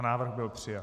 Návrh byl přijat.